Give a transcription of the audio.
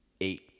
eight